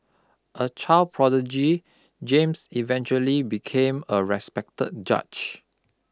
a child prodigy James eventually became a respected judge